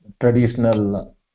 traditional